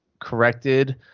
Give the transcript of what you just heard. corrected